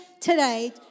today